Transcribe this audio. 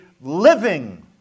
living